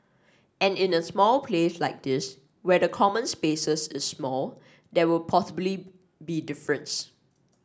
and in a small place like this where the common spaces is small there will possibly be difference